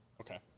Okay